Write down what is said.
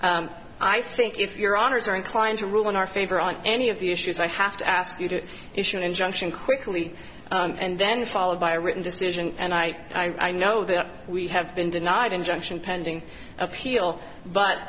i think if your honour's are inclined to ruin our favor on any of the issues i have to ask you to issue an injunction quickly and then followed by a written decision and i know that we have been denied injunction pending appeal but